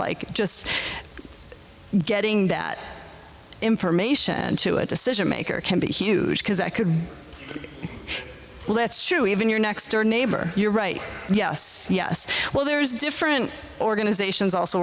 like just getting that information to a decision maker can be huge because that could well that's true even your next door neighbor you're right yes yes well there's different organizations also